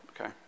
okay